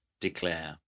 declare